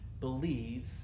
believe